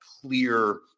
clear